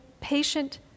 patient